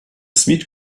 sweet